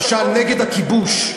למשל נגד הכיבוש.